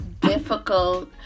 difficult